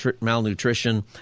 malnutrition